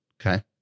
okay